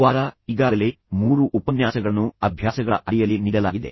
ಈ ವಾರ ಈಗಾಗಲೇ ಮೂರು ಉಪನ್ಯಾಸಗಳನ್ನು ಅಭ್ಯಾಸಗಳ ಅಡಿಯಲ್ಲಿ ನೀಡಲಾಗಿದೆ